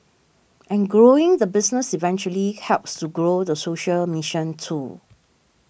and growing the business eventually helps to grow the social mission too